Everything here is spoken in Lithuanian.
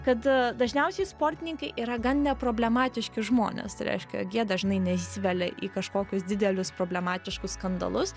kad dažniausiai sportininkai yra gan neproblematiški žmonės tai reiškia kad jie dažnai neįsivelia į kažkokius didelius problematiškus skandalus